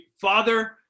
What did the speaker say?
father